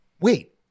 wait